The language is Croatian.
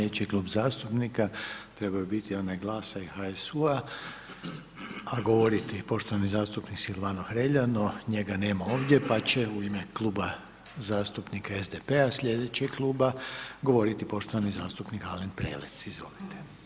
Slijedeći Klub zastupnika trebao je biti onaj GLAS-a i HSU-a, a govoriti poštovani zastupnik Silvano Hrelja, no njega nema ovdje, pa će u ime Kluba zastupnika SDP-a, slijedećeg kluba, govoriti poštovani zastupnik Alen Prelec, izvolite.